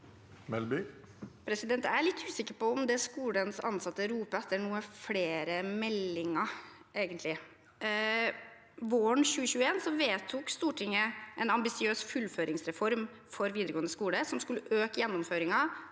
Jeg er litt usikker på om det skolens ansatte nå roper etter, egentlig er flere meldinger. Våren 2021 vedtok Stortinget en ambisiøs fullføringsreform for videregående skole som skulle øke gjennomføringen